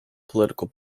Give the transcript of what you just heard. political